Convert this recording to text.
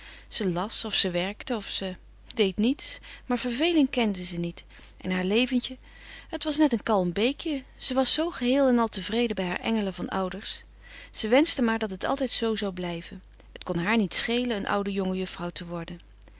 ze las of ze werkte of ze deed niets maar verveling kende ze niet en haar leventje het was net een kalm beekje ze was zoo geheel en al tevreden bij haar engelen van ouders ze wenschte maar dat het altijd zoo zou blijven het kon haar niets schelen een oude jongejuffrouw te worden